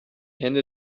hände